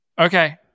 Okay